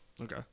Okay